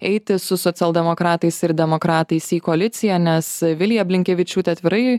eiti su socialdemokratais ir demokratais į koaliciją nes vilija blinkevičiūtė atvirai